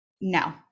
no